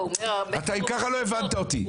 אם ככה, לא הבנת אותי.